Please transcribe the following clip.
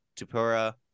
Tupura